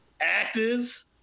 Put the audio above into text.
Actors